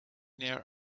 near